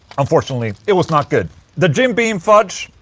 unfortunately, it was not good the jim beam fudge,